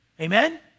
Amen